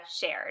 shared